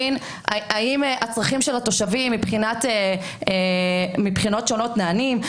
כדי להבין האם הצרכים של התושבים מבחינות שונות נענים,